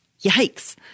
Yikes